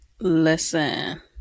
Listen